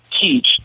teach